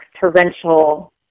torrential